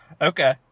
Okay